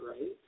right